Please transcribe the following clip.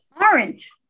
orange